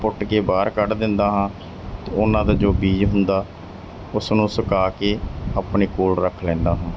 ਪੁੱਟ ਕੇ ਬਾਹਰ ਕੱਢ ਦਿੰਦਾ ਹਾਂ ਅਤੇ ਉਹਨਾਂ ਦਾ ਜੋ ਬੀਜ ਹੁੰਦਾ ਉਸ ਨੂੰ ਸੁਕਾ ਕੇ ਆਪਣੇ ਕੋਲ ਰੱਖ ਲੈਂਦਾ ਹਾਂ